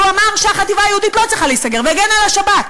שאמר שהחטיבה היהודית לא צריכה להיסגר והגן על השב"כ,